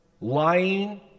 lying